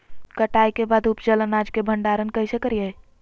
कटाई के बाद उपजल अनाज के भंडारण कइसे करियई?